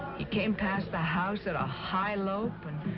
he came past the house at a high lope and